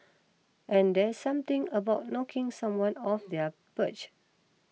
and there's something about knocking someone off their perch